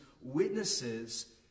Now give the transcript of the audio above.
witnesses